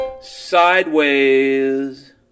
sideways